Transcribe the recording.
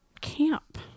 camp